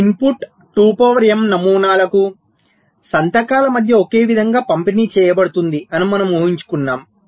ఈ input 2 power m నమూనాలకు సంతకాల మధ్య ఒకే విధంగా పంపిణీ చేయబడుతుంది అని మనము ఊహించుకున్నాం